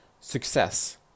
success